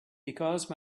because